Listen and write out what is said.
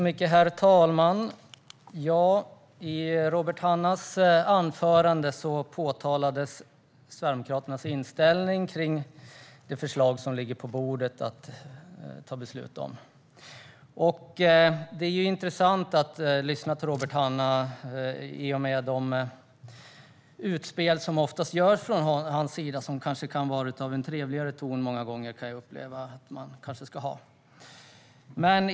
Herr talman! I sitt anförande pekade Robert Hannah på Sverigedemokraternas inställning till det förslag som ligger på bordet för beslut. Det är intressant att lyssna på Robert Hannah med tanke på de utspel som ofta görs från hans sida, och där han många gånger enligt mig kunde ha en trevligare ton.